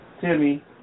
Timmy